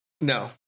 No